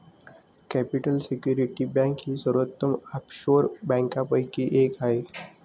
capital security bank ही सर्वोत्तम offshore बँकांपैकी एक आहे